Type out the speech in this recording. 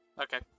Okay